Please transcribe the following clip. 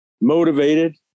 motivated